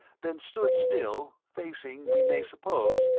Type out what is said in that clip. then stood still, facing we may suppose,